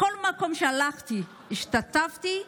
בכל מקום שהלכתי, השתתפתי,